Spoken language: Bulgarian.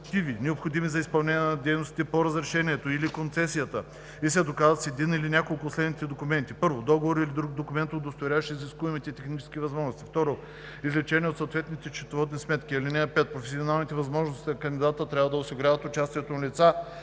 необходими за изпълнение на дейностите по разрешението или концесията, и се доказват с един или няколко от следните документи: 1. договор или друг документ, удостоверяващ изискуемите технически възможности; 2. извлечение от съответните счетоводни сметки. (5) Професионалните възможности на кандидата трябва да осигуряват участието на лица,